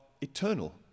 eternal